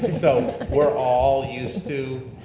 so we're all used to,